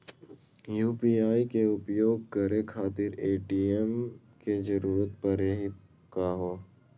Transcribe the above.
UPI के उपयोग करे खातीर ए.टी.एम के जरुरत परेही का हो?